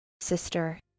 sister